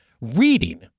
reading